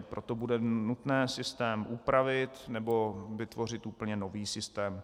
Proto bude nutné systém upravit nebo vytvořit úplně nový systém.